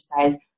exercise